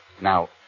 Now